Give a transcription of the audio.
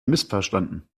missverstanden